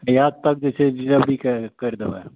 धियापुताके जे छै जल्दी कए कैरि देबै